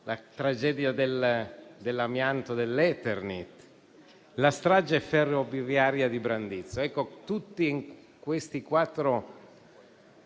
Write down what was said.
la tragedia dell'amianto dell'Eternit; la strage ferroviaria di Brandizzo.